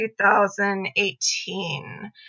2018